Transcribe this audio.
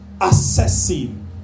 assessing